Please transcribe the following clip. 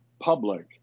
public